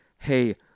Hey